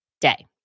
day